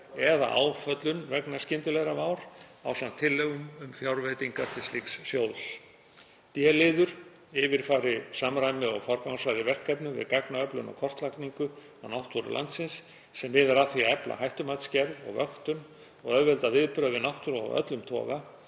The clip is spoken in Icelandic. eða áföllum vegna skyndilegrar vár, ásamt tillögum um fjárveitingar til slíks sjóðs. d. Yfirfari, samræmi og forgangsraði verkefnum við gagnaöflun og kortlagningu á náttúru landsins sem miðar að því að efla hættumatsgerð og vöktun, og auðvelda viðbrögð við náttúruvá af öllum toga,